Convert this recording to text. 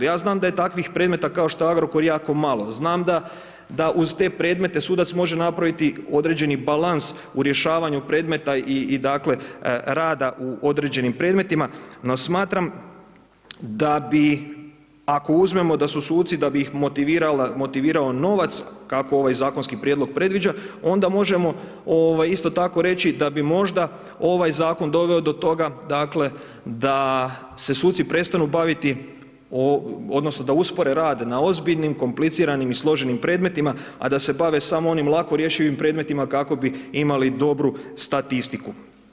Ja znam da je takvih predmeta kao što je Agrokor jako malo, znam da uz predmete sudac može napraviti određeni balans u rješavanju predmeta i dakle rada u određenim predmetima no smatram da bi ako uzmemo da su suci da bi ih motivirao novac kao ovaj zakonski prijedlog predviđa, onda možemo isto tako reći da bi možda ovaj zakon doveo do toga dakle da se suci prestanu baviti odnosno da uspore rad na ozbiljnim, kompliciranim i složenim predmetima a da se bave samo onim lakorješivim predmetima kako bi imali dobru statistiku.